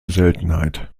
seltenheit